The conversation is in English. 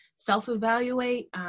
self-evaluate